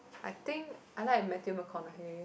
I think I like Matthew Macconaughey